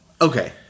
Okay